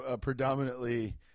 predominantly